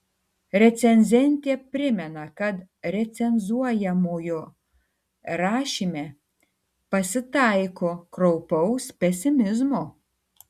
recenzentė primena kad recenzuojamojo rašyme pasitaiko kraupaus pesimizmo